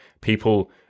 People